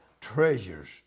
treasures